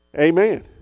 Amen